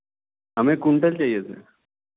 हमें कुंटल चाहिए थे